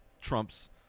trump's